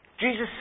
Jesus